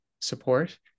support